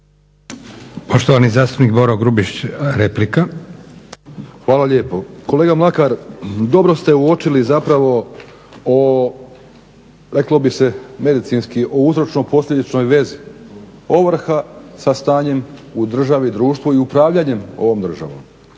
Poštovani zastupnik Boro Grubišić, replika. **Grubišić, Boro (HDSSB)** Hvala lijepo. Kolega Mlakar dobro ste uočili zapravo o, reklo bi se medicinski o uzročno posljedičnoj vezi, ovrha sa stanjem u državi, društvu i upravljanjem ovom državom.